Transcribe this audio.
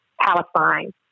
Palestine